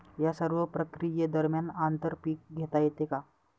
या सर्व प्रक्रिये दरम्यान आंतर पीक घेता येते का?